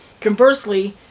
Conversely